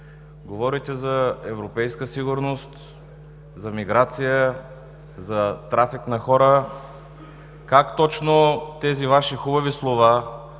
говорите за европейска сигурност, за миграция, за трафик на хора. Как точно тези Ваши хубави слова